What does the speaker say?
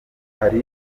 hari